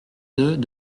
d’œufs